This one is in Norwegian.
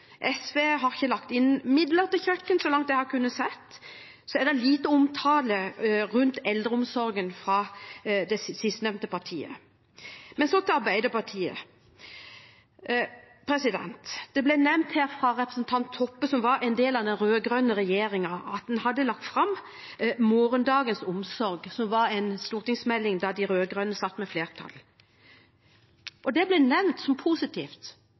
SV, har Senterpartiet kanskje lagt inn rundt 20 mill. kr til kjøkken. SV har ikke lagt inn midler til kjøkken så langt jeg har kunnet se, og det er lite omtale av eldreomsorgen fra sistnevnte parti. Så til Arbeiderpartiet: Det ble nevnt her av representanten Toppe at den rød-grønne regjeringen hadde lagt fram Morgendagens omsorg, som var en stortingsmelding da de rød-grønne satt med flertallet. Det ble nevnt som positivt,